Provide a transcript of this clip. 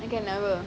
okay never